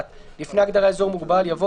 (1)לפני ההגדרה "אזור מוגבל" יבוא: